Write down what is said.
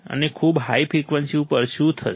અને ખૂબ high frequency ઉપર શું થશે